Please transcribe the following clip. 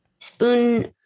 spoon